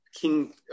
king